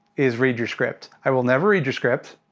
is read your script. i will never read your script,